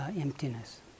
emptiness